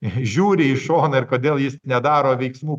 žiūri į šoną ir kodėl jis nedaro veiksmų